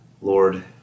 Lord